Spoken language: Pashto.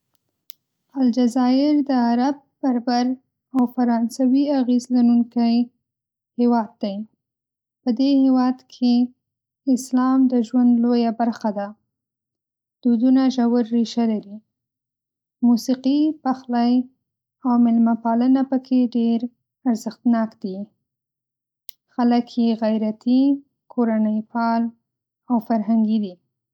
الجزایر د عرب، بربر او فرانسوي اغېزو لرونکی هېواد دی. په دې هېواد کې اسلام د ژوند لویه برخه ده، دودونه ژور ریشه لري. موسیقي، پخلی، او مېلمه‌پالنه پکې ډېر ارزښتناک دي. خلک‌یې غیرتي، کورنۍ‌پال او فرهنګي دي.